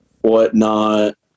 whatnot